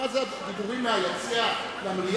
מה זה, דיבורים מהיציע למליאה?